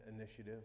initiative